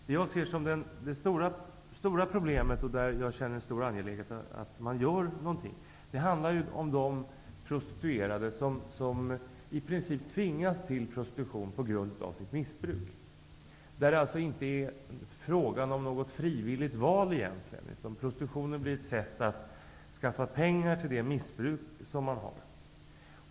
Det stora problemet, och det område där jag finner det angeläget att någonting görs, handlar om de prostituerade som på grund av sitt missbruk i princip tvingas till prostitution. I de fallen är det alltså egentligen inte fråga om något frivilligt val, utan prostitutionen blir ett sätt att skaffa pengar till det missbruk som man har.